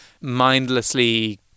mindlessly